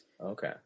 Okay